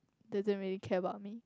doesn't really care about me